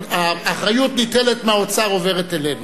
האחריות ניטלת מהאוצר ועוברת אלינו,